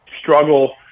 struggle